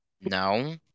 no